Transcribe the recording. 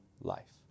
life